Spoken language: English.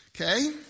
Okay